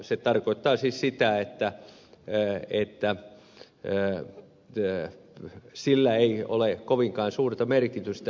se tarkoittaa siis sitä että enää riitä enää työ että sillä ei ole kovinkaan suurta merkitystä